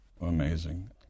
Amazing